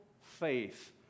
faith